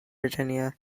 virginia